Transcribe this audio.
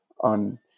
on